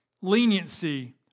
leniency